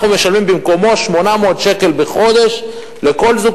אנחנו משלמים 800 שקל בחודש במקומו של כל זוג